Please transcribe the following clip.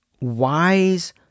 wise